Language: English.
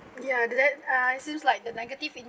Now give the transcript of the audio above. ya that uh seems like the negative in